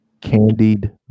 Candied